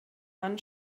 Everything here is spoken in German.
mann